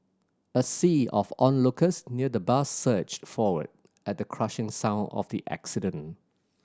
a sea of onlookers near the bus surged forward at the crushing sound of the accident